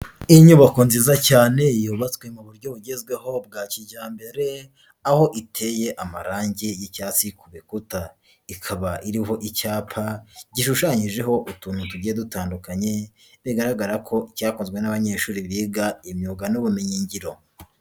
Inyubako nziza cyane yubatswe mu buryo bugezweho bwa kijyambere, aho iteye amarangi y'icyatsi ku bikuta, ikaba iriho icyapa gishushanyijeho utuntu tugiye dutandukanye, bigaragara ko cyakozwe n'abanyeshuri biga imyuga n'ubumenyingiro.